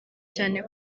cyane